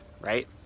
right